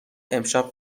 امشب